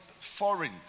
foreign